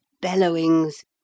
bellowings